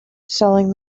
selling